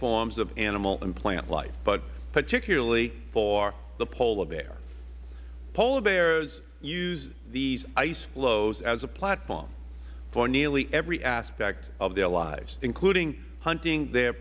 forms of animal and plant life but particularly for the polar bear polar bears use these ice floes as a platform for nearly every aspect of their lives including hunting their